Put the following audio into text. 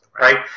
right